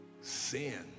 sin